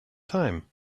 time